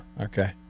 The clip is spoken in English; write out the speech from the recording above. Okay